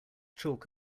chalk